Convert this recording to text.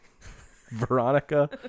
Veronica